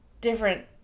different